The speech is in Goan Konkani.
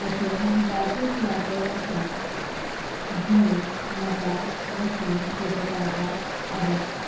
अशें जायती सुवाते आसा जंय म्हाका वचून फोटो काडपाक आवडटा